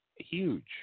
huge